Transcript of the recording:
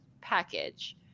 package